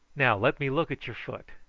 now let me look at your foot.